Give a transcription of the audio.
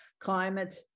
climate